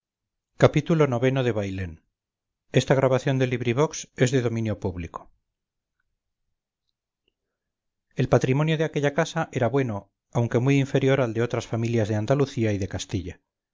xxv xxvi xxvii xxviii xxix xxx xxxi xxxii bailén de benito pérez galdós el patrimonio de aquella casa era bueno aunque muy inferior al de otras familias de andalucía y decastilla